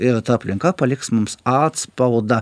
ir ta aplinka paliks mums atspaudą